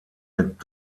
mit